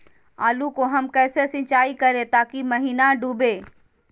आलू को हम कैसे सिंचाई करे ताकी महिना डूबे?